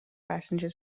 passenger